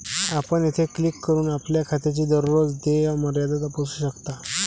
आपण येथे क्लिक करून आपल्या खात्याची दररोज देय मर्यादा तपासू शकता